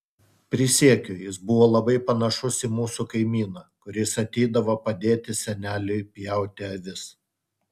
prisiekiu jis buvo labai panašus į mūsų kaimyną kuris ateidavo padėti seneliui pjauti avis